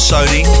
Sony